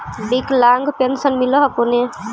विकलांग पेन्शन मिल हको ने?